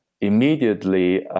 immediately